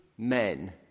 Men